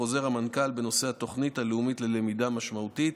חוזר המנכ"ל הוא בנושא התוכנית הלאומית ללמידה משמעותית,